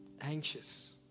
anxious